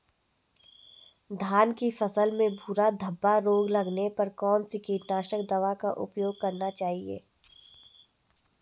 धान की फसल में भूरा धब्बा रोग लगने पर कौन सी कीटनाशक दवा का उपयोग करना चाहिए?